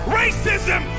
racism